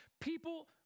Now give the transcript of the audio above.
People